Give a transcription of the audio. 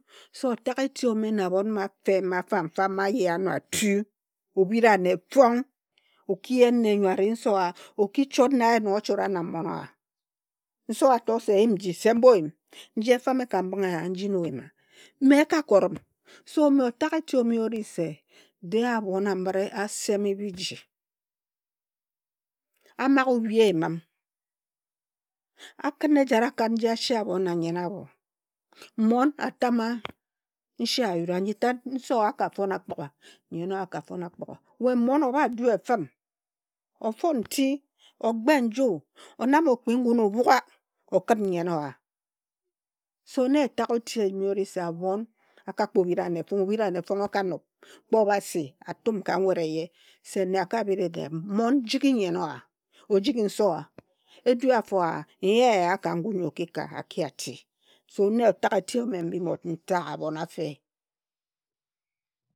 So o tag eti ome na abhon mma fem mfa ma aye ano atu obhira ane fong, o khi en nne nyo ari nse o a, o ki chot na ye nong ochora na mon a a. Nse o a ato se yim nji se mbohim. Nji efame ka mbinghe eya nji na oyima. Me eka kori m. So me otag eti ome o ri se, de abhon a mire a semi bhigi, a maghe obi eyi m, a khin ejare a kat nji ase abho na a nyen abho. Mmon atama nse a yura. Nji tat nse o a aka fon akpugha. De abhon amire asemi bhiji, a maghe obhi eyim. A khin ejare akat nji ase abho na nyen abho. Mmon atama nse ayura, nji tat nse sa a ka fon akpugha, nyen aka fon akpugha, we mon obha du efi m, ofon nti, o gbe nju, o nam okpi ngun obhugha, okhin nyen oa. So na otag eti o me ori se, abhon aka kpo bhiri ane fong. Obhira ane fong o ka nobh. Kpe Obhasi atum ka nwet eye se nne a ka bhiri nne a mon jighi nyen o a. Ojighi nse oa, edu a fo a, nya eya ka ngun nyi oki khit a ki ati. So na otag eti ome mmo ntag abhon afe.